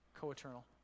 co-eternal